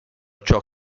ciò